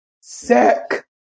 sick